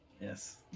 Yes